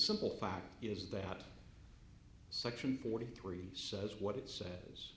simple fact is that section forty three says what it says